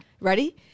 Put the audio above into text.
ready